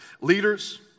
Leaders